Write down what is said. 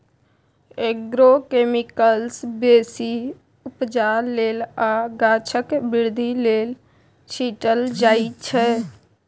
agrochemicals बेसी उपजा लेल आ गाछक बृद्धि लेल छीटल जाइ छै